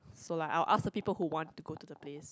so like I'll ask the people who want to go to the place